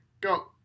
Go